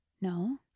No